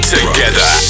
Together